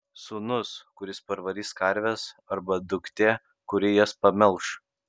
sūnus kuris parvarys karves arba duktė kuri jas pamelš